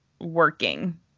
working